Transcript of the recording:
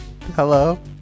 hello